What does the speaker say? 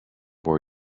born